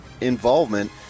involvement